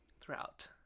throughout